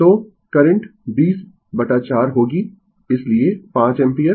तो करंट 204 होगी इसलिए 5 एम्पीयर